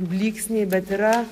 blyksniai bet yra